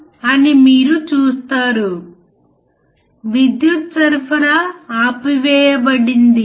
ఇది మీ గెయిన్ మీద ఆధారపడి ఉంటుంది